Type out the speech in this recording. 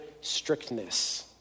strictness